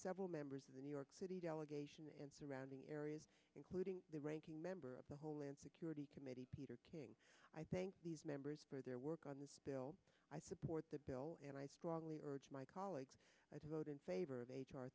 several members of the new york city delegation and surrounding areas including the ranking member of the whole insecurity committee peter king i think these members for their work on this bill i support the bill and i strongly urge my colleagues as a vote in favor of h